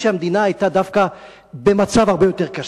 כשהמדינה היתה דווקא במצב הרבה יותר קשה.